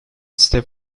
step